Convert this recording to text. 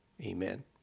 Amen